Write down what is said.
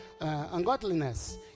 ungodliness